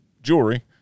jewelry